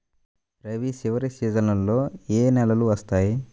రబీ చివరి సీజన్లో ఏ నెలలు వస్తాయి?